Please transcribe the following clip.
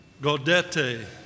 Gaudete